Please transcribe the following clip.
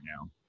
now